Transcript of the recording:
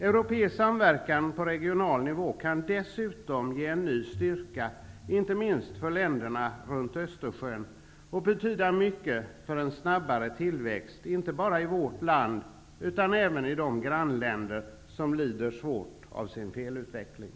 Europeisk samverkan på regional nivå kan dessutom ge ny styrka och betyda mycket för en snabbare tillväxt, inte bara i vårt land utan även i de grannländer runt Östersjön som lider svårt av sin felaktiga utveckling.